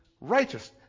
righteous